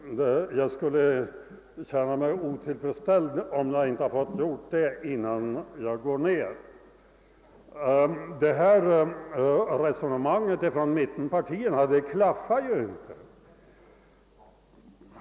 Jag skulle känna mig otillfredsställd om jag inte fått göra det innan jag lämnar talarstolen. Mittenpartiernas resonemang klaffar ju inte.